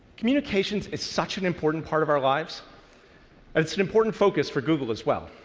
communications is such an important part of our lives, and it's an important focus for google as well.